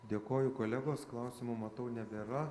dėkoju kolegos klausimų matau nebėra